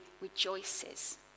rejoices